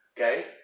Okay